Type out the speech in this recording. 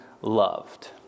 loved